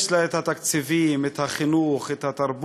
יש לה את התקציבים, את החינוך, את התרבות,